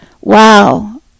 wow